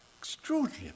extraordinary